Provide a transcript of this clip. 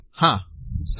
હા સરસ